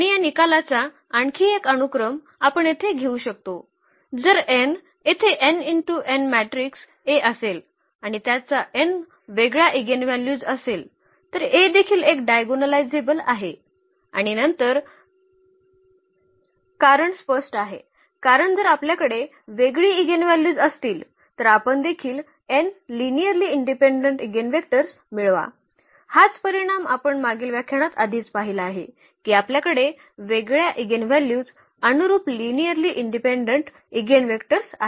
आणि या निकालाचा आणखी एक अनुक्रम आपण येथे घेऊ शकतो जर n येथे मॅट्रिक्स A असेल आणि त्याचा n वेगळा इगेनव्हॅल्यूज असेल तर A देखील एक डायगोनलायझेबल आहे आणि नंतर कारण स्पष्ट आहे कारण जर आपल्याकडे वेगळी इगेनव्ह्ल्यूज असतील तर आपण देखील n लिनिअर्ली इंडिपेंडेंट इगेनवेक्टर्स मिळवा हाच परिणाम आपण मागील व्याख्यानात आधीच पाहिला आहे की आपल्याकडे वेगळ्या इगेनव्हॅल्यूज अनुरुप लिनिअर्ली इंडिपेंडेंट इगेनवेक्टर्स आहेत